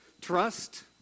Trust